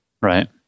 Right